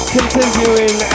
Continuing